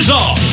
off